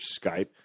Skype